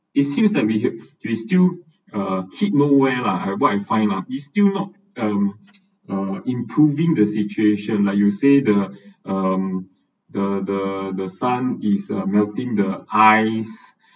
it seems that we have we still uh keep nowhere lah from what I find lah it’s still not um uh improving the situation like you say the um the the the sun is uh melting the ice